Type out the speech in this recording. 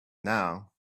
now